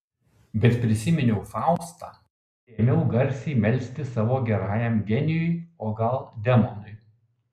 bet prisiminiau faustą ir ėmiau garsiai melstis savo gerajam genijui o gal demonui